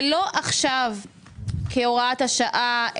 ולא עכשיו כהוראת השעה,